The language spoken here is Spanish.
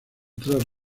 tres